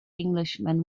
englishman